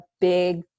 big